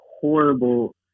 horrible